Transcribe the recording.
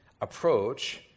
approach